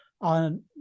on